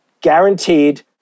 guaranteed